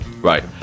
Right